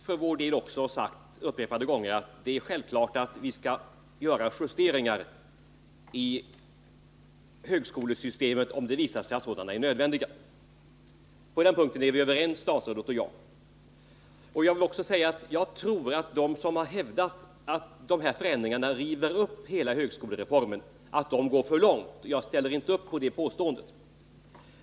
Herr talman! Vi har sagt upprepade gånger att det är självklart att vi skall göra justeringar i högskolesystemet om sådana visar sig nödvändiga. På den punkten är statsrådet och jag överens. Jag tror att de som hävdar att dessa förändringar river upp hela högskolereformen går för långt — jag ställer inte upp bakom det påståendet.